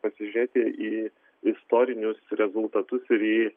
pasižiūrėti į istorinius rezultatus ir į